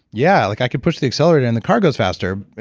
yeah, like i could push the accelerator and the car goes faster.